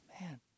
man